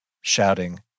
shouting